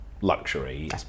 Luxury